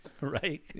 right